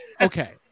okay